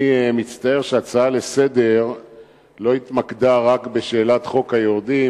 אני מצטער שההצעה לסדר-היום לא התמקדה רק בשאלת חוק היורדים,